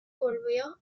volvió